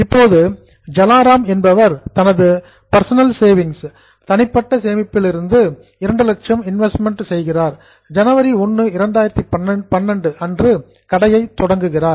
இப்போது ஜலா ராம் என்பவர் தனது பர்சனல் சேவிங்ஸ் தனிப்பட்ட சேமிப்பிலிருந்து 200000 இன்வெஸ்ட்மெண்ட் முதலீட்டில் ஜனவரி 1 2012 அன்று கடையை தொடங்குகிறார்